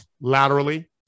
laterally